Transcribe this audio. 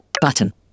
button